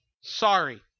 Sorry